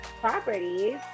properties